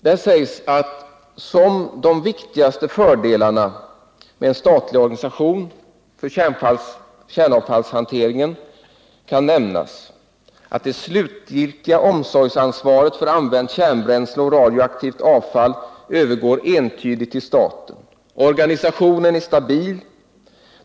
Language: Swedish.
Där sägs att som de viktigaste fördelarna med en statlig organisation för kärnavfallshanteringen kan nämnas att det slutgiltiga omsorgsansvaret för använt kärnbränsle och radioaktivt avfall övergår entydigt till staten och att organisationen är stabil.